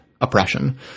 oppression